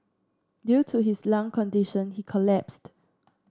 due to his lung condition he collapsed